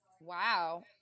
Wow